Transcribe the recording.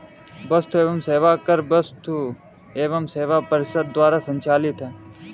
वस्तु एवं सेवा कर वस्तु एवं सेवा कर परिषद द्वारा संचालित है